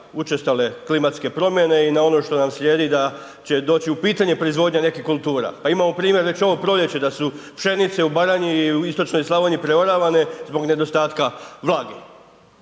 učestale klimatske promjene i na ono što nam slijedi da će doći u pitanje proizvodnja nekih kultura. Pa imamo primjer već ovo proljeće da su pšenice u Baranji i u istočnoj Slavoniji preoravane zbog nedostatka vlage.